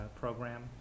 Program